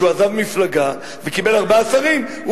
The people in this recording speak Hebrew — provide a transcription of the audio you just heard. כשהוא עזב מפלגה וקיבל ארבעה שרים,